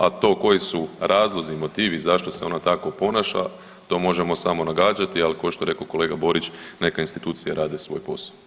A to koji su razlozi i motivi zašto se ona tako ponaša to možemo samo nagađati, ali kao što je rekao kolega Borić neka institucije rade svoj posao.